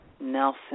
Nelson